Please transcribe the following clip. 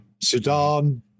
Sudan